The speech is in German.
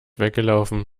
weggelaufen